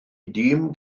dîm